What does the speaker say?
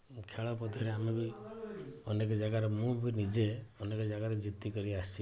ଖେଳ ପଥରେ ଆମେ ବି ଅନେକ ଜାଗାରେ ମୁଁ ବି ନିଜେ ଅନେକ ଜାଗାରେ ଜିତିକିରି ଆସିଛି